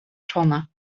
czona